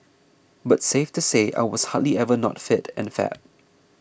but safe to say I was hardly ever not fit and fab